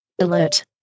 Alert